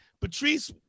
Patrice